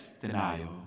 denial